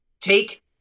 take